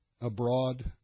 abroad